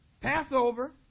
Passover